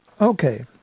Okay